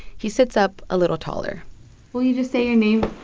he sits up a little taller will you just say your name